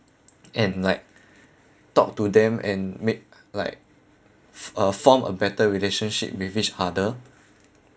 and like talk to them and make like uh form a better relationship with each other